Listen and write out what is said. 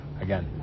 again